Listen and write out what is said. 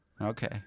Okay